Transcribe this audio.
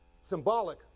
symbolic